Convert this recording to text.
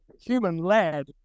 human-led